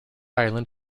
island